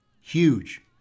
Huge